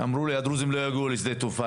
אמרו לי הדרוזים לא יגיעו לשדה התעופה.